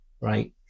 right